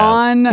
on